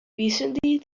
recently